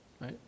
right